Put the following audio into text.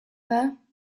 there